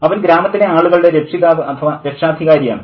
അവൻ ഗ്രാമത്തിലെ ആളുകളുടെ രക്ഷിതാവ് അഥവാ രക്ഷാധികാരിയാണ്